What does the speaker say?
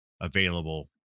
available